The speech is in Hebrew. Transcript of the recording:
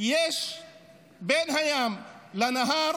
יש בין הים לנהר